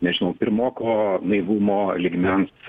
nežinau pirmoko naivumo lygmens